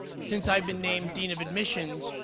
since i've been named dean of admissions,